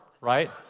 right